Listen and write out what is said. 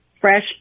fresh